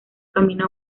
camino